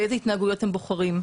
באיזה התנהגויות הם בוחרים.